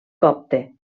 copte